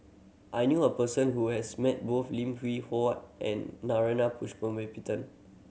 I knew a person who has met both Lim Hwee Hua and Narana Putumaippittan